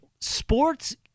sports